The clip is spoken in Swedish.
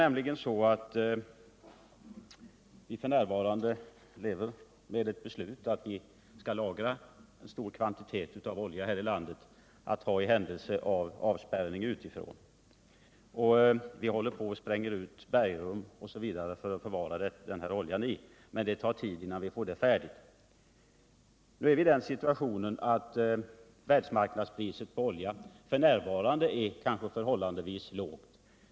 Vi har ett beslut att vi skall lagra en stor kvantitet av olja här i landet, vilken skall användas i händelse av avspärrning. För att förvara oljan håller vi på att spränga ut bergrum, men det tar tid innan dessa blir färdiga. Nu är vi i den situationen att världsmarknadspriset på olja är förhållandevis lågt.